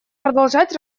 продолжать